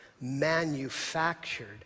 manufactured